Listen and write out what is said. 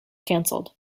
cancelled